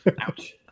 Ouch